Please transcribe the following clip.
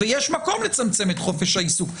ויש מקום לצמצם את חופש העיסוק,